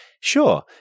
sure